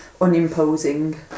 unimposing